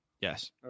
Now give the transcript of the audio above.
Yes